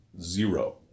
Zero